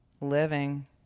living